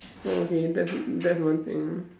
okay that that's one thing